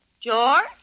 George